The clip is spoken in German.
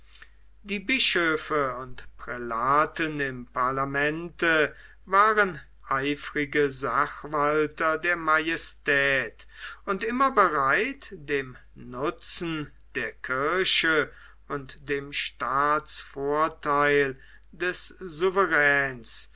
die bischöfe und prälaten im parlamente waren eifrige sachwalter der majestät und immer bereit dem nutzen der kirche und dem staatsvortheil des souveräns